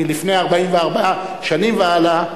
מלפני 44 שנים והלאה,